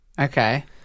Okay